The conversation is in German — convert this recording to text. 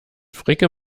fricke